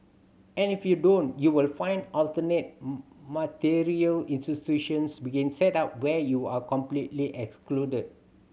and if you don't you will find alternate multilateral institutions being set up where you are completely excluded